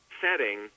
setting